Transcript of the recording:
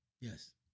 Yes